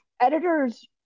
editors